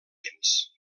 temps